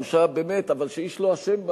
בושה שאיש לא אשם בה,